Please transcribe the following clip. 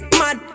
mad